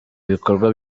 bikorwa